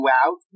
out